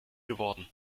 geworden